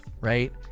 right